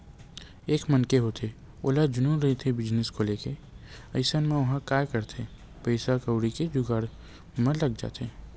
एक मनखे होथे ओला जनुन रहिथे बिजनेस खोले के अइसन म ओहा काय करथे पइसा कउड़ी के जुगाड़ म लग जाथे